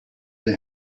der